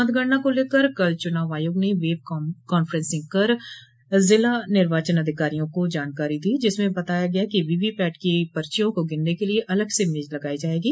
मतगणना को लेकर कल चुनाव आयोग ने वेब कांफ्रेंसिंग कर जिला निर्वाचन अधिकारियों को जानकारी दी जिसमें बताया गया कि वीवीपैट की पर्चियों को गिनने के लिये अलग से मेज लगायी जायेगी